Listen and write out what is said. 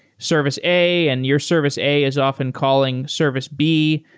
service a and your service a is often calling service b,